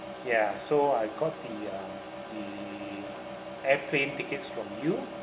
ya so I got the uh the airplane tickets from you